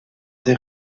des